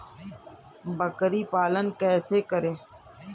बकरी पालन कैसे करें?